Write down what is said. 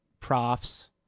profs